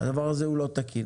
הדבר הזה הוא לא תקין.